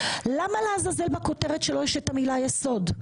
למה לעזאזל בכותרת שלו יש את המילה יסוד?